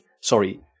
Sorry